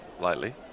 lightly